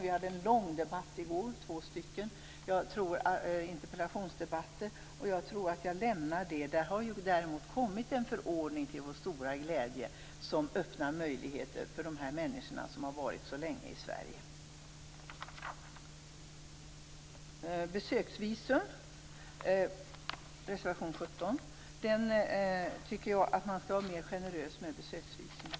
Vi hade två långa debatter i går om asylsökande kosovoalbaner. Det var interpellationsdebatter. Jag tror att jag lämnar det ämnet därhän. Där har det däremot kommit en förordning, till vår stora glädje, som öppnar möjligheter för dessa människor som har varit så länge i Sverige. Reservation 17 gäller besöksvisum. Jag tycker att man skall vara mer generös med besöksvisum.